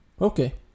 Okay